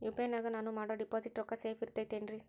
UPI ನಾಗ ನಾನು ಮಾಡೋ ಡಿಪಾಸಿಟ್ ರೊಕ್ಕ ಸೇಫ್ ಇರುತೈತೇನ್ರಿ?